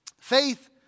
faith